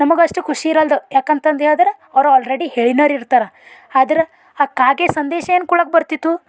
ನಮಗಷ್ಟು ಖುಷಿ ಇರಲ್ದು ಯಾಕೆ ಅಂತಂದು ಹೇಳದ್ರೆ ಅವ್ರು ಆಲ್ರೆಡಿ ಹೇಳಿನರ ಇರ್ತಾರೆ ಆದ್ರೆ ಆ ಕಾಗೆ ಸಂದೇಶ ಏನು ಕೊಡಕ್ಕೆ ಬರ್ತಿತ್ತು